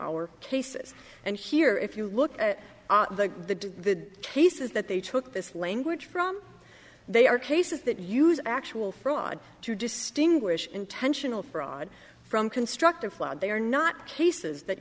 our cases and here if you look at the cases that they took this language from they are cases that use actual fraud to distinguish intentional fraud from constructive flood they are not cases that